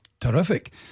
terrific